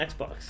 xbox